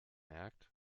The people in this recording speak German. merkt